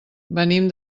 venim